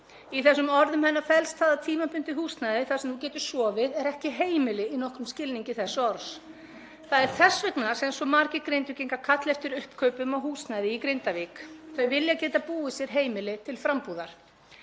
Í þessum orðum hennar felst það að tímabundið húsnæði þar sem þú getur sofið er ekki heimili í nokkrum skilningi þess orðs. Það er þess vegna sem svo margir Grindvíkingar kalla eftir uppkaupum á húsnæði í Grindavík. Þau vilja geta búið sér heimili til frambúðar.